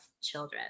children